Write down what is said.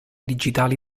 digitali